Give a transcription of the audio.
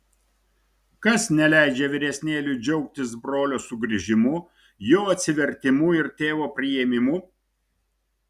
kas neleidžia vyresnėliui džiaugtis brolio sugrįžimu jo atsivertimu ir tėvo priėmimu